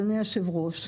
אדוני היושב-ראש,